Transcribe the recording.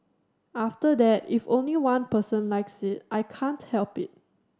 after that if only one person likes it I can't help it